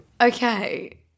Okay